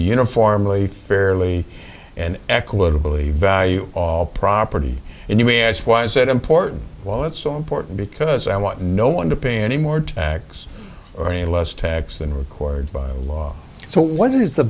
uniformly fairly and equitably value all property and you may ask why is that important while it's so important because i want no one to pay any more tax or a less tax than required by law so what is the